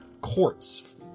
courts